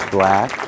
Black